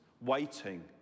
waiting